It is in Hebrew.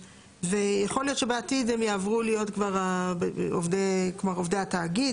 ויכול להיות שבעתיד הם יעברו להיות כבר עובדי התאגיד.